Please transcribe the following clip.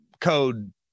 code